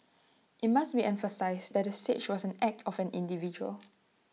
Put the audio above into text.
IT must be emphasised that the siege was an act of an individual